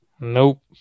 Nope